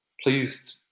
pleased